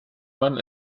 man